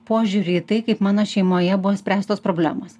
požiūrį į tai kaip mano šeimoje buvo spręstos problemos